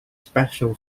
special